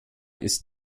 ist